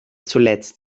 zuletzt